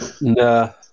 No